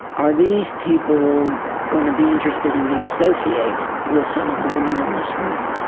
are these people going to be interested in being associated with some of the women in this room?